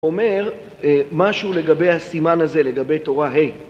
‫אומר, משהו לגבי הסימן הזה, ‫לגבי תורה ה.